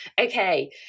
Okay